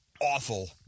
awful